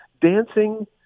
dancing